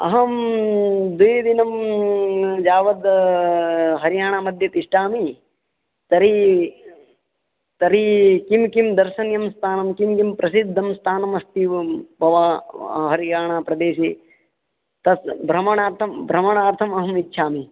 अहं द्वि दिनं यावद् हरियाणा मध्ये तिष्ठामि तर्हि तर्हि किं किं दर्शनीयं स्थानं किं किं प्रसिद्धं स्थानमस्ति एवं भवान् हरियाणा प्रदेशे तत् भ्रमणार्थं भ्रमणार्थम् अहं इच्छामि